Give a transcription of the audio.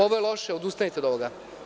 Ovo je loše, odustajte od ovoga.